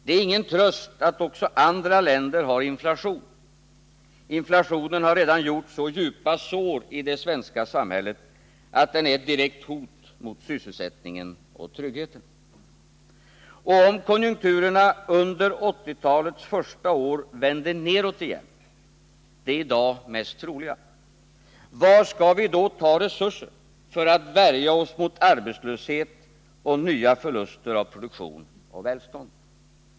Det är ingen tröst att också andra länder har inflation —- inflationen har redan gjort så djupa sår i det svenska samhället att den är ett direkt hot mot sysselsättningen och tryggheten. Och om konjunkturerna under 1980-talets första år vänder nedåt igen — det i dag mest troliga — var skall vi då ta resurser för att värja oss mot arbetslöshet och nya förluster av produktion och välstånd?